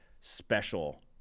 special